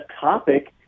topic